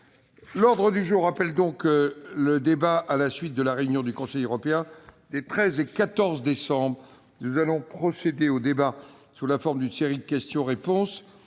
L'ordre du jour appelle le débat à la suite de la réunion du Conseil européen des 13 et 14 décembre 2018. Nous allons procéder au débat sous la forme d'une série de questions-réponses